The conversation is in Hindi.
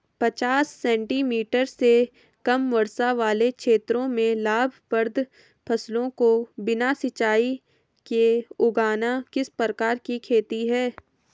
पचास सेंटीमीटर से कम वर्षा वाले क्षेत्रों में लाभप्रद फसलों को बिना सिंचाई के उगाना किस प्रकार की खेती है?